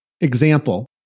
Example